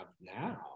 now